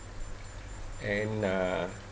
and uh